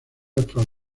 actual